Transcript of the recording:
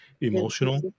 emotional